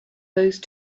those